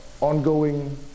ongoing